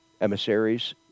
emissaries